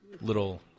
little